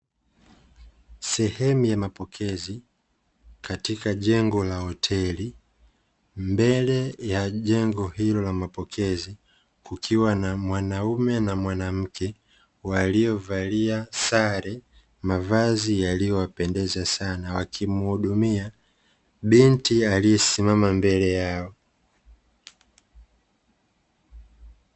Sehemu ya mapokezi katika jengo la hoteli, mbele ya jengo hilo la mapokezi kukiwa na mwaume na mwanamke waliovalia sare, mavazi yaliyo wapendeza sana, wakimhudimia binti aliyesimama mbele yake.